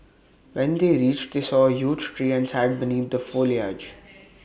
when they reached they saw A huge tree and sat beneath the foliage